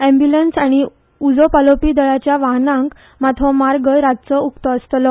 एम्ब्यूलन्स आनी उजो पालोवपी दळाच्या वाहनांक मात हो मार्ग रातचो उकतो आसतलो